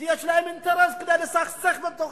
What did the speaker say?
כי יש להם אינטרס, כדי לסכסך בתוכנו.